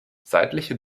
seitliche